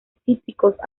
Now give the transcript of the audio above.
cítricos